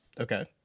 Okay